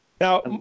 Now